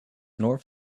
north